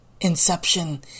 Inception